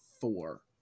four